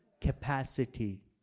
capacity